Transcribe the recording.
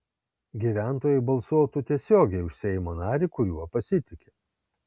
gyventojai balsuotų tiesiogiai už seimo narį kuriuo pasitiki